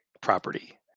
property